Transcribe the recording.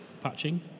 patching